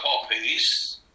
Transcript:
copies